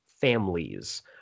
families